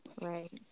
Right